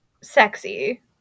sexy